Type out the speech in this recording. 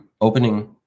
opening